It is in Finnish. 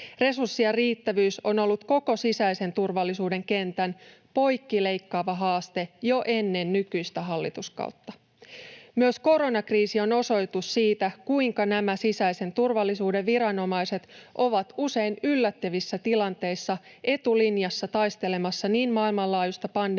Resurssien riittävyys on ollut koko sisäisen turvallisuuden kentän poikkileikkaava haaste jo ennen nykyistä hallituskautta. Myös koronakriisi on osoitus siitä, kuinka nämä sisäisen turvallisuuden viranomaiset ovat usein yllättävissä tilanteissa etulinjassa taistelemassa niin maailmanlaajuista pandemiaa